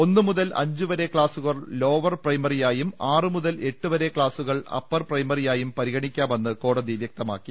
ഒന്നു മുതൽ അഞ്ചു വരെ ക്ലാസു കൾ ലോവർ പ്രൈമറിയായും ആറു മുതൽ എട്ടു വരെ ക്സാസു കൾ അപ്പർ പ്രൈമറിയായും പരിഗണിക്കാമെന്ന് കോടതി വൃക്ത മാക്കി